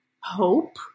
hope